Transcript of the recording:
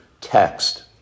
text